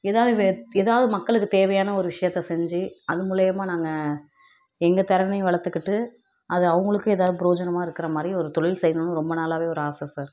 எதாவது வே ஏதாவது மக்களுக்கு தேவையான ஒரு விஷயத்த செஞ்சு அது மூலயமா நாங்கள் எங்கள் திறமைய வளர்த்துக்கிட்டு அது அவங்களுக்கும் எதாவது பிரயோஜனமாக இருக்கிற மாதிரி ஒரு தொழில் செய்யணும்னு ரொம்ப நாளாகவே ஒரு ஆசை சார்